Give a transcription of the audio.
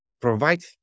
provide